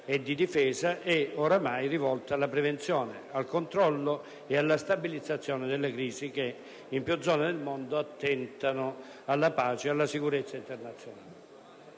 e di difesa è oramai rivolta alla prevenzione, al controllo e alla stabilizzazione delle crisi che, in più zone del mondo, attentano alla pace e alla sicurezza internazionale.